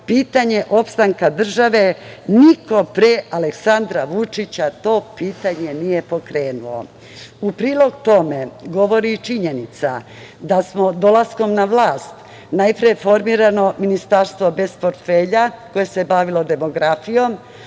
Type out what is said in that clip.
pitanje opstanka države, niko pre Aleksandra Vučića to pitanje nije pokrenuo.U prilog tome govori i činjenica da je dolaskom na vlast najpre formirano Ministarstvo bez portfelja koje se bavilo demografijom,